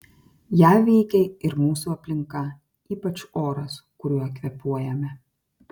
ją veikia ir mūsų aplinka ypač oras kuriuo kvėpuojame